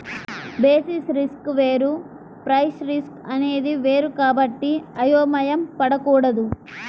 basis risk వేరు price risk అనేది వేరు కాబట్టి అయోమయం పడకూడదు